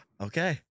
Okay